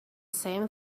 same